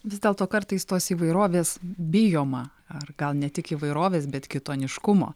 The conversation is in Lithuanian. vis dėlto kartais tos įvairovės bijoma ar gal ne tik įvairovės bet kitoniškumo